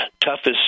toughest